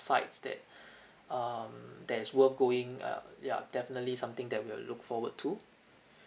sites that um that is worth going uh ya definitely something that we will look forward to